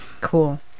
Cool